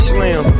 Slim